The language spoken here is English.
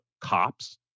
cops